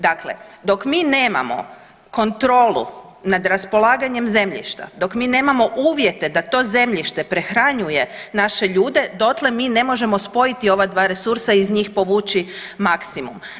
Dakle, dok mi nemamo kontrolu nad raspolaganjem zemljišta, dok mi nemamo uvjete da to zemljište prehranjuje naše ljude dotle mi ne možemo spojiti ova dva resursa i iz njih povući maksimum.